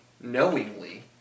knowingly